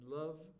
love